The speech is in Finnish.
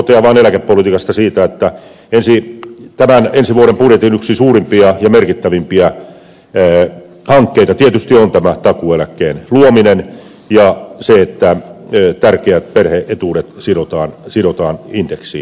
lopuksi totean vain eläkepolitiikasta että ensi vuoden budjetin yksi suurimpia ja merkittävimpiä hankkeita on tietysti tämä takuueläkkeen luominen ja se että tärkeät perhe etuudet sidotaan indeksiin